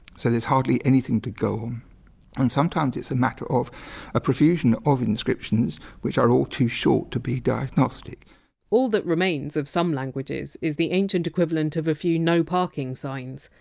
so there's hardly anything to go on and sometimes it's a matter of a profusion of inscriptions which are all too short to be diagnostic all that remains of some languages is the ancient equivalent of a few! no parking! signs.